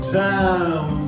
time